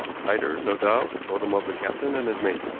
glider, no doubt, told him of the captain and his mate.